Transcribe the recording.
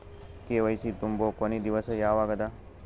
KYC ತುಂಬೊ ಕೊನಿ ದಿವಸ ಯಾವಗದ?